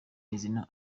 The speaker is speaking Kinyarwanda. y’izina